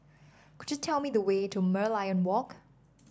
could you tell me the way to Merlion Walk